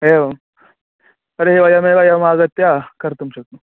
एवं तर्हि वयमेव एवम् आगत्य कर्तुं शक्नुमः